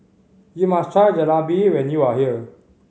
you must try Jalebi when you are here